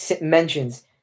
mentions